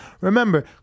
Remember